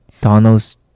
Donald's